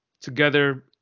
together